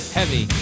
Heavy